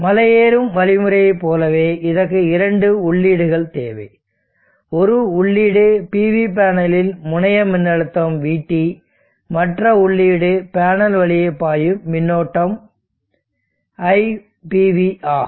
மலை ஏறும் வழிமுறையைப் போலவே இதற்கு இரண்டு உள்ளீடுகள் தேவை ஒரு உள்ளீடு PV பேனலின் முனைய மின்னழுத்தம் vT மற்ற உள்ளீடு பேனல் வழியே பாயும் மின்னோட்டம் iPV ஆகும்